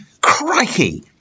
Crikey